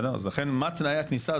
לכן מה תנאי הכניסה,